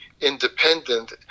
independent